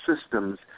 systems